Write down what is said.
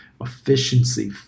efficiency